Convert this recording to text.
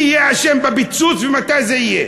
מי יהיה אשם בפיצוץ ומתי זה יהיה.